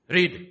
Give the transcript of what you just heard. read